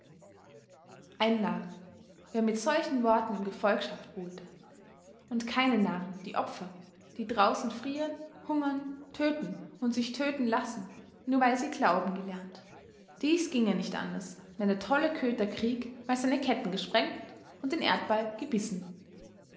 ein narr wer mit solchen worten um gefolgschaft buhlte und keine narren die opfer die draußen frieren hungern töten und sich töten lassen nur weil sie glauben gelernt dies ginge nicht anders wenn der tolle köter krieg mal seine ketten gesprengt und den erdball gebissen